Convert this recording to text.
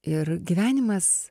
ir gyvenimas